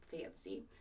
fancy